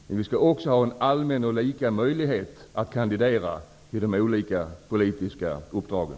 Men vi skall också ha en allmän och lika möjlighet att kandidera till de olika politiska uppdragen.